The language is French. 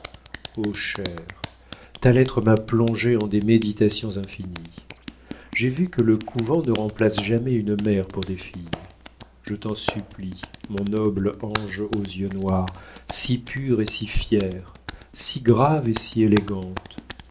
o chère ta lettre m'a plongée en des méditations infinies j'ai vu que le couvent ne remplace jamais une mère pour des filles je t'en supplie mon noble ange aux yeux noirs si pure et si fière si grave et si élégante